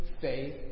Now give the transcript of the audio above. faith